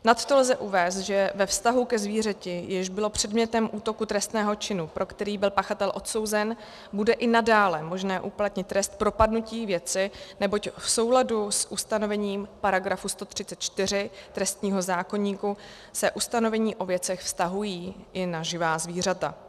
Nadto lze uvést, že ve vztahu ke zvířeti, jež bylo předmětem útoku trestného činu, pro který byl pachatel odsouzen, bude i nadále možné uplatnit trest propadnutí věci, neboť v souladu s ustanovením § 134 trestního zákoníku se ustanovení o věcech vztahují i na živá zvířata.